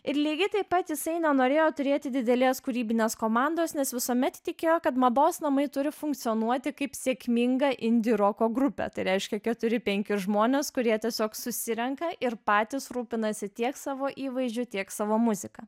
ir lygiai taip pat jisai nenorėjo turėti didelės kūrybinės komandos nes visuomet tikėjo kad mados namai turi funkcionuoti kaip sėkminga indi roko grupė tai reiškia keturi penki žmonės kurie tiesiog susirenka ir patys rūpinasi tiek savo įvaizdžiu tiek savo muzika